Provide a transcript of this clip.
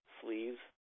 sleeves